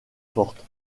forte